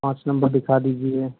पाँच नम्बर दिखा दीजिए